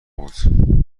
بود